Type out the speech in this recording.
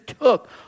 took